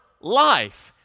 life